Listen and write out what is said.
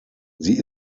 sie